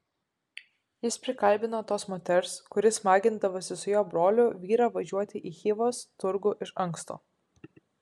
jis prikalbino tos moters kuri smagindavosi su jo broliu vyrą važiuoti į chivos turgų iš anksto